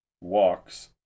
walks